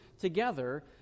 together